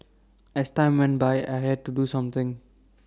as time went by I had to do something